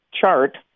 chart